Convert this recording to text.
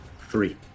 Three